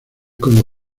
como